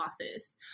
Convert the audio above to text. losses